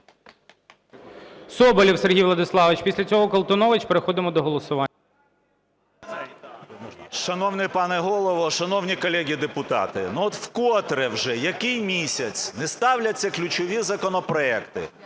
Соболєв Сергій Владиславович. Після цього Колтунович і переходимо до голосування. 10:46:56 СОБОЛЄВ С.В. Шановний пане Голово, шановні колеги депутати! Ну, от вкотре вже, який місяць, не ставляться ключові законопроекти